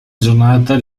giornata